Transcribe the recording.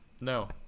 No